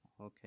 Okay